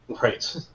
Right